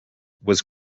was